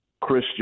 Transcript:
Chris